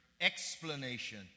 explanation